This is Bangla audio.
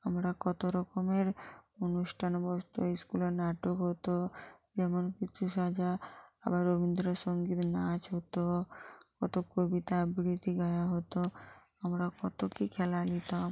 আমরা কতো রকমের অনুষ্ঠান বসতো স্কুলে নাটক হতো যেমন খুশি সাজা আবার রবীন্দ্র সঙ্গীত নাচ হতো কতো কবিতা আবৃত্তি গাওয়া হতো আমরা কতো কি খেলা নিতাম